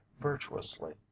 virtuously